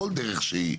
כל דרך שהיא,